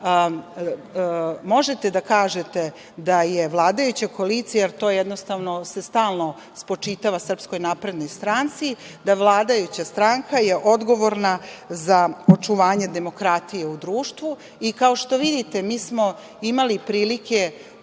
možete da kažete da je vladajuća koalicija, jer se to jednostavno stalno spočitava SNS, da vladajuća stranka je odgovorna za očuvanje demokratije u društvu. Kao što vidite mi smo imali prilike